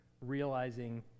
realizing